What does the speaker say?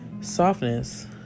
softness